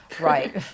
Right